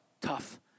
tough